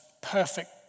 perfect